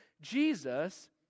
Jesus